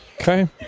Okay